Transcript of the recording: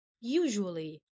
usually